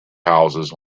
houses